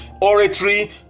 oratory